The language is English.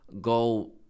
go